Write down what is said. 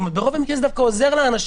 זאת אומרת שברוב המקרים זה דווקא עוזר לאנשים.